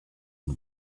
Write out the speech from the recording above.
une